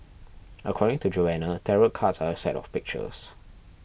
according to Joanna tarot cards are a set of pictures